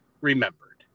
remembered